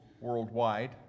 worldwide